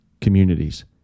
communities